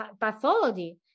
pathology